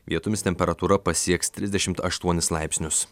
vietomis temperatūra pasieks trisdešimt aštuonis laipsnius